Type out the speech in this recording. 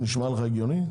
זה נשמע לך הגיוני?